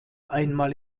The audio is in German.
einmal